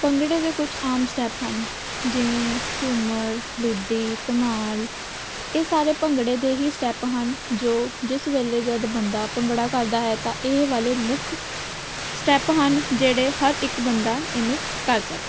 ਭੰਗੜੇ ਦੇ ਕੁਛ ਆਮ ਸਟੈਪ ਹਨ ਜਿਵੇਂ ਝੂਮਰ ਲੁੱਡੀ ਧਮਾਲ ਇਹ ਸਾਰੇ ਭੰਗੜੇੇ ਦੇ ਹੀ ਸਟੈਪ ਹਨ ਜੋ ਜਿਸ ਵੇਲੇ ਜਦੋਂ ਬੰਦਾ ਭੰਗੜਾ ਕਰਦਾ ਹੈ ਤਾਂ ਇਹ ਵਾਲੇ ਮੁੱਖ ਸਟੈਪ ਹਨ ਜਿਹੜੇ ਹਰ ਇੱਕ ਬੰਦਾ ਇਹਨੂੰ ਕਰ ਸਕਦਾ